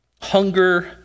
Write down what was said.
hunger